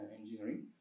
engineering